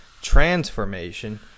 transformation